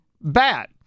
bad